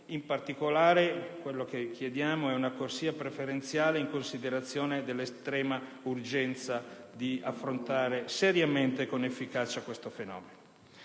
in particolare, chiediamo una corsia preferenziale in considerazione dell'estrema urgenza di affrontare seriamente e con efficacia questo fenomeno.